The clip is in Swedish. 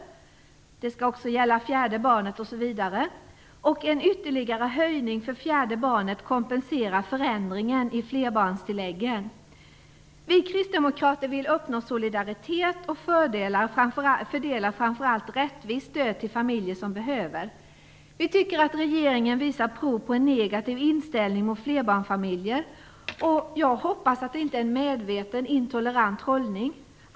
Bidraget skall också gälla det fjärde barnet osv. En ytterligare höjning för det fjärde barnet kompenserar förändringen i flerbarnstilläggen. Vi kristdemokrater vill uppnå solidaritet och framför allt fördela stöd rättvist till familjer som behöver det. Vi tycker att regeringen visar prov på en negativ inställning till flerbarnsfamiljer. Jag hoppas att det inte är en medveten intolerant hållning.